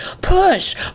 push